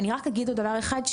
אני רק אגיד עוד דבר אחד.